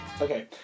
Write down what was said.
Okay